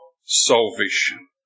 salvation